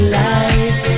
life